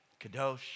kadosh